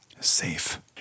Safe